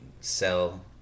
sell